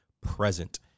present